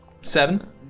Seven